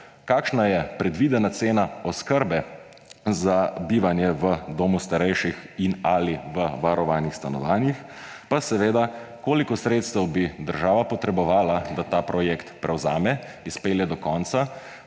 Kakšna je predvidena cena oskrbe za bivanje v domu starejših in/ali v varovanih stanovanjih? Koliko sredstev bi država potrebovala, da ta projekt prevzame, izpelje do konca